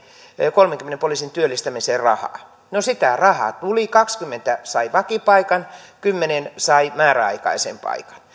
kolmenkymmenen poliisin työllistämiseen rahaa no sitä rahaa tuli kaksikymmentä sai vakipaikan kymmenen sai määräaikaisen paikan